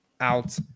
out